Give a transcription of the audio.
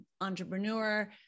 entrepreneur